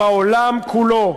בעולם כולו,